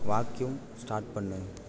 vacuum start பண்ணு